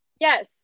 Yes